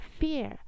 fear